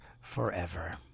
forever